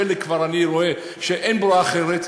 חלק אני כבר רואה שאין ברירה,